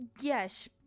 Yes